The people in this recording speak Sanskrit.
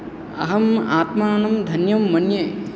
अहम् आत्मानं धन्यं मन्ये